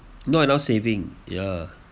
not enough saving ya